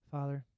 Father